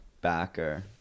backer